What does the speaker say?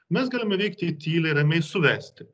mes galime veikti tyliai ramiai suvesti